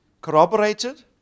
corroborated